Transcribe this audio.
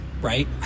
right